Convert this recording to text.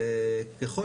ככל